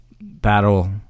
battle